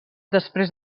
després